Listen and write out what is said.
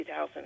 2000